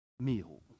meal